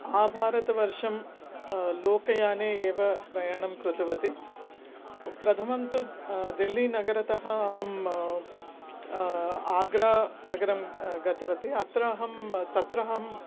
आभारतवर्षं लोकयाने एव प्रयाणं कृतवती प्रथमं तु दिल्लीनगरतः अहम् आग्रानगरं गतवती अत्र अहं तत्र अहम्